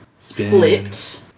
flipped